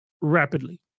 rapidly